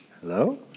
Hello